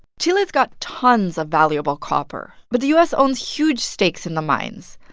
chile's got tons of valuable copper, but the u s. owns huge stakes in the mines.